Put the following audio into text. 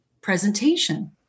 presentation